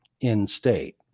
in-state